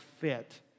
fit